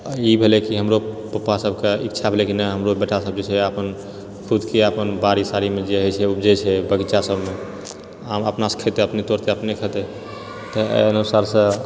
ई भेले कि हमरो पप्पा सबके इच्छा भेले कि नहि हमरो बेटासब जैछे अपन खुदके अपन बाड़ी सारीमे जे होइछेै उपजे छै बगीचा सबमे आम अपनेसे तोड़ते अपने खेते तऽ एहि अनुसारसँ